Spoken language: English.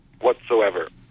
whatsoever